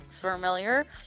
familiar